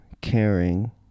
caring